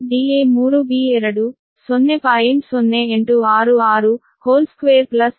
ಆದ್ದರಿಂದ da3b2 will be 0